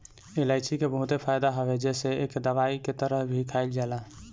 इलायची के बहुते फायदा हवे जेसे एके दवाई के तरह भी खाईल जाला